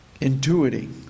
Intuiting